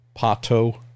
pato